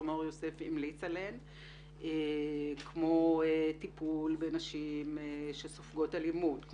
מור יוסף המליץ עליהן כמו טיפול בנשים שסופגות אלימות,